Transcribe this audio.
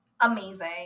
amazing